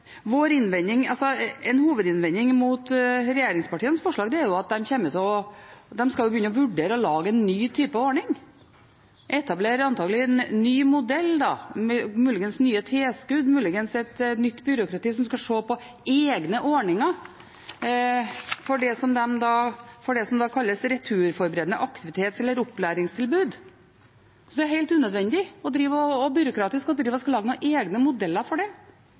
En hovedinnvending mot regjeringspartienes forslag er at man skal vurdere å lage en ny type ordning, antagelig etablere en ny modell, muligens nye tilskudd, muligens et nytt byråkrati som skal se på egne ordninger for det som kalles returforberedende aktivitet eller opplæringstilbud. Det er helt unødvendig og byråkratisk å lage egne modeller for det. Det synes jeg ikke er nødvendig. Jeg synes rett og slett man bare kan la folk gå på skolen så lenge som mulig fram til de skal reise ut landet. At man gjør det